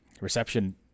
reception